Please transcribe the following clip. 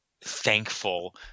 thankful